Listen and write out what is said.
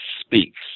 speaks